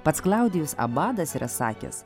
pats klaudijus abadas yra sakęs